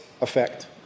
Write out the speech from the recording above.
effect